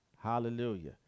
Hallelujah